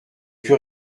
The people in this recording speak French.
plus